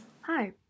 Hi